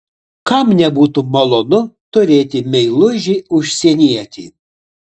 kam nebūtų malonu turėti meilužį užsienietį